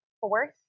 Fourth